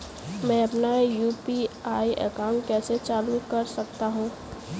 मैं अपना UPI account कैसे चालू कर सकता हूँ?